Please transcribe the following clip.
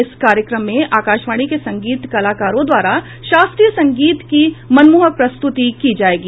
इस कार्यक्रम में आकाशवाणी के संगीत कलाकारों द्वारा शस्त्रीय संगीत की मनमोहक प्रस्तुति की जायेगी